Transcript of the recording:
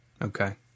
Okay